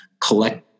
collect